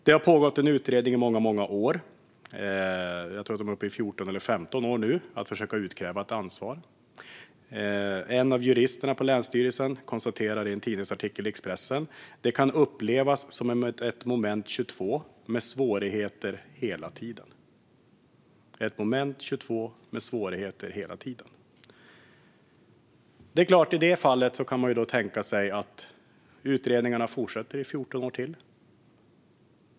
Det har pågått en utredning i många, många år - jag tror att man är uppe i 14-15 år nu - för att försöka utkräva ansvar. En av juristerna på länsstyrelsen konstaterar i en tidningsartikel i Expressen att "det kan upplevas som ett moment 22, med svårigheter hela tiden". I det fallet kan man alltså tänka sig att utredningarna fortsätter i 14 år till.